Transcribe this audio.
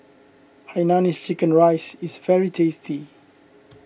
Hainanese Chicken Rice is very tasty